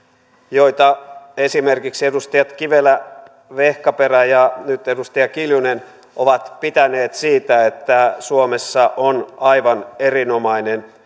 joita esimerkiksi edustajat kivelä vehkaperä ja nyt edustaja kiljunen ovat pitäneet siitä että suomessa on aivan erinomainen